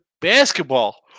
basketball